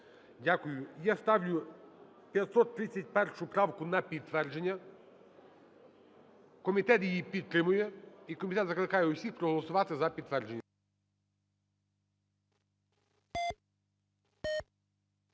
Дякую. Я ставлю 531 правку на підтвердження. Комітет її підтримує і комітет закликає всіх проголосувати за підтвердження.